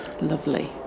lovely